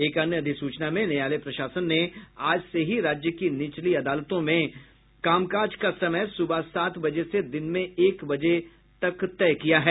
एक अन्य अधिसूचना में न्यायालय प्रशासन ने आज से ही राज्य की निचली अदालतों में कामकाज का समय सुबह सात बजे से दिन में एक बजे तक तय किया है